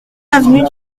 avenue